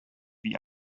wie